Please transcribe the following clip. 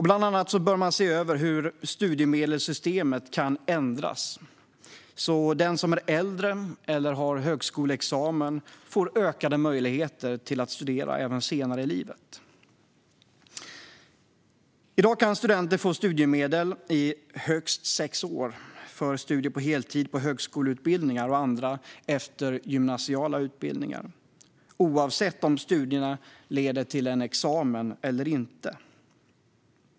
Bland annat bör man se över hur studiemedelssystemet kan ändras så att den som är äldre eller har högskoleexamen får ökad möjlighet att studera även senare i livet. I dag kan studenter få studiemedel i högst sex år för studier på heltid på högskoleutbildningar och andra eftergymnasiala utbildningar oavsett om studierna leder till en examen eller inte.